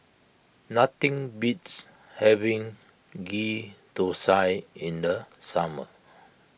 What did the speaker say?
nothing beats having Ghee Thosai in the summer